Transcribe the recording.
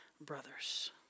brothers